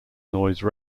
noise